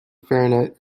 fahrenheit